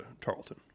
Tarleton